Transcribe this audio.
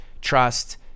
trust